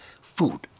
food